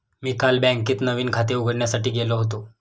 मी काल बँकेत नवीन खाते उघडण्यासाठी गेलो होतो